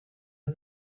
you